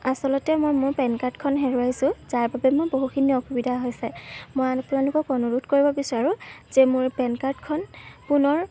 আচলতে মই মোৰ পেন কাৰ্ডখন হেৰুৱাইছোঁ যাৰবাবে মোৰ বহুখিনি অসুবিধা হৈছে মই আপোনালোকক অনুৰোধ কৰিব বিচাৰোঁ যে মোৰ পেন কাৰ্ডখন পুনৰ